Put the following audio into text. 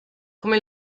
come